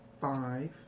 Five